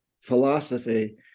Philosophy